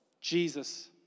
Jesus